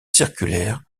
circulaire